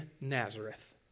Nazareth